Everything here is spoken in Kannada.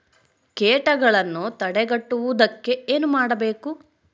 ಕೇಟಗಳನ್ನು ತಡೆಗಟ್ಟುವುದಕ್ಕೆ ಏನು ಮಾಡಬೇಕು?